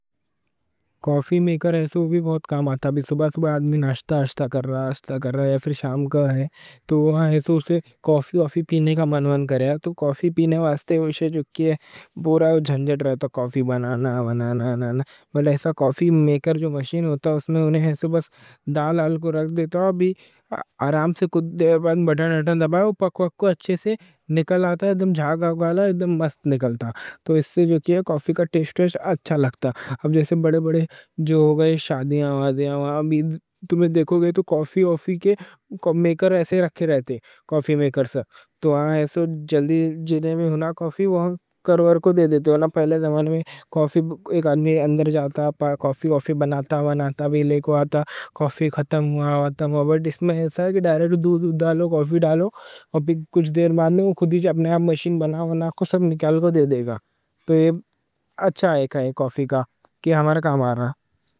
کوفی میکر بہت کام آتا ہے۔ صبح صبح آدمی ناشتہ کر رہا ہے یا شام کا ہے تو اسے کوفی پینے کا منون کریا، تو کوفی پینے واسطے جو کہ ہے بورا ہے، جھنجٹ رہتا۔ تو کوفی بنانا بنانا بنانا۔ ایسا کوفی میکر جو مشین ہوتا ہے، اس میں بس ڈال رکھ دیتا ہے، ابھی آرام سے بٹن دبائے وہ کوفی کو اچھے سے نکل آتا ہے۔ جھاگا والا ادھم مست نکلتا، تو اس سے جو کہ ہے کوفی کا ٹیسٹ ٹیسٹ اچھا لگتا۔ اب جیسے بڑے بڑے جو ہو گئے شادیاں، آہ دیاں تمہیں دیکھو گئے تو کوفی میکر ایسے رکھے رہتے۔ کوفی میکر سے تو آہ ایسے جلدی جنہیں ہونا، کوفی وہاں کرور کو دے دیتے ہونا۔ پہلے زمانے میں کوفی ایک آدمی اندر جاتا، کوفی بناتا بناتا بھیلے کو آتا، کوفی ختم ہوا ہوا تھا۔ اس میں ایسا کہ ڈائریکٹ دودھ ڈالو، کوفی ڈالو، پھر کچھ دیر بعد اپنے آپ مشین بنا ہونا آپ کو سب نکل کو دے دے گا۔ تو یہ اچھا ہے کوفی کا کہ ہمارا کام آرہا۔